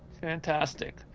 Fantastic